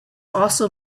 also